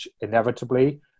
inevitably